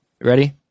Ready